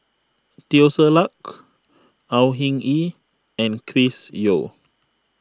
Teo Ser Luck Au Hing Yee and Chris Yeo